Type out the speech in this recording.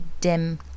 dim